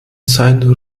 sein